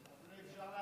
אפשר להצביע מכאן?